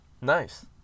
Nice